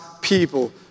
people